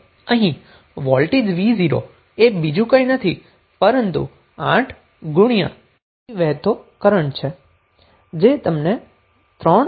અહીં voltage v0 એ બીજું કંઈ નથી પરંતુ 8 ગુણ્યા તેમાંથી વહેતો કરન્ટ છે જે તમને 3